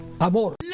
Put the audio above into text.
amor